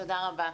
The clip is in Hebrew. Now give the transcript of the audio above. תודה רבה.